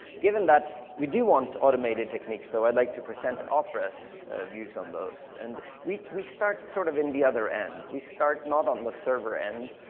given that we do want automated techniques though, i'd like to present opera's views on those. and we we start sort of on the other end. we start not on the server end,